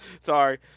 Sorry